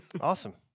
awesome